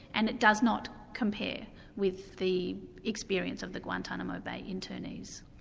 and it does not compare with the experience of the guantanamo bay internees.